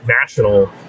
national